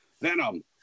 Venom